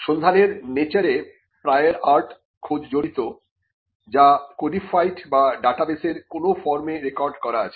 সন্ধানের নেচারে prior art খোঁজ জড়িত যা কোডিফায়েড্ বা ডাটাবেসের কোন ফর্মে রেকর্ড করা আছে